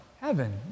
heaven